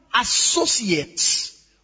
associates